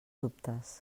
dubtes